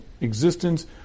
existence